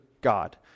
God